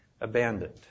abandoned